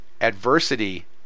adversity